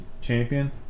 champion